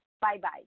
Bye-bye